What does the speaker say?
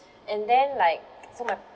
and then like so my